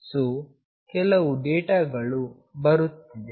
so ಕೆಲವು ಡೇಟಾಗಳು ಬರುತ್ತಿದೆ